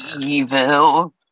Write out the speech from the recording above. Evil